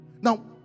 Now